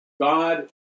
God